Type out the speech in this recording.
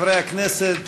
חברי הכנסת,